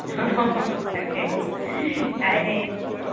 তাকে তাই সেই